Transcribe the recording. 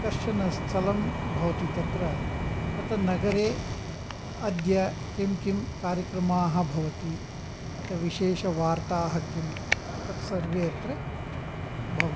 कश्चन स्थलं भवति तत्र तत् नगरे अद्य किं किं कार्यक्रमाः भवति अत्र विशेषवार्ताः किं तत्सर्वे अत्र भवति